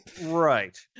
Right